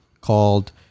called